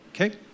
Okay